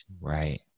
Right